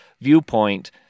viewpoint